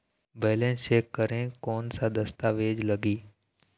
Balance check करें कोन सा दस्तावेज लगी?